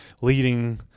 leading